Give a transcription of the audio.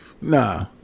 nah